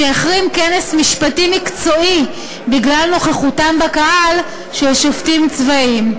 שהחרים כנס משפטי מקצועי בגלל נוכחותם בקהל של שופטים צבאיים.